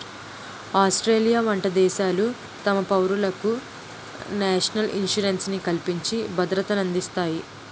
Australia వంట దేశాలు తమ పౌరులకు నేషనల్ ఇన్సూరెన్స్ ని కల్పించి భద్రతనందిస్తాయి